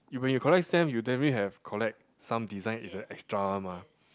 you when you collect stamps you definitely have collect some designs as a extra one mah